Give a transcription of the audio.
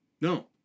No